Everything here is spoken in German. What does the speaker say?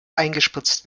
eingespritzt